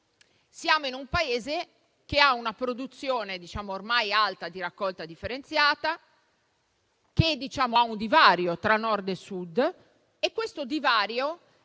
Siamo in un Paese che ha una produzione ormai alta di raccolta differenziata e con un divario tra Nord e Sud, sostanzialmente